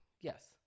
yes